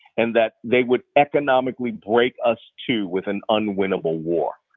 and that they would economically break us, too, with an unwinnable war.